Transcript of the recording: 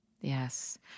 Yes